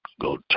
go